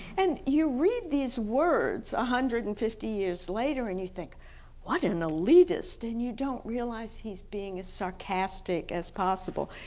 and you read these words one ah hundred and fifty years later and you think what an elitist and you don't realize he's being sarcastic as possible.